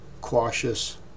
cautious